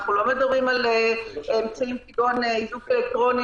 אנחנו לא מדברים על אמצעים כגון איזוק אלקטרוני